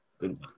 Good